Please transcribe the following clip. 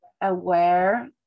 aware